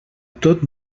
tot